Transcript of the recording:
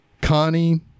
Connie